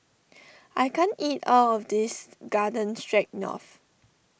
I can't eat all of this Garden Stroganoff